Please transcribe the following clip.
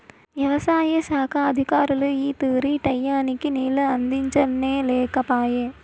యవసాయ శాఖ అధికారులు ఈ తూరి టైయ్యానికి నీళ్ళు అందించనే లేకపాయె